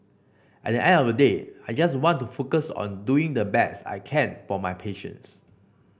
at the end of the day I just want to focus on doing the best I can for my patients